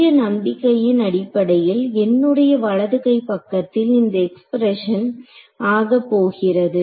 பெரிய நம்பிக்கையின் அடிப்படையில் என்னுடைய வலதுகை பக்கத்தில் இந்த எக்ஸ்பிரஷன் ஆக போகிறது